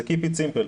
keep it simple.